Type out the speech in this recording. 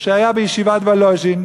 שהיה בישיבת וולוז'ין,